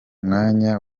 mwanya